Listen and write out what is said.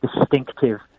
distinctive